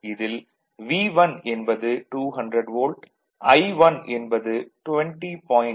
இதில் V1 என்பது 200 volt I1 என்பது 20